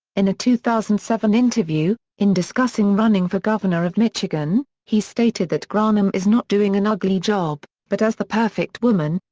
in a two thousand and seven interview, in discussing running for governor of michigan, he stated that granholm is not doing an ugly job, but as the perfect woman,